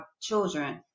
children